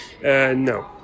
No